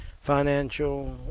financial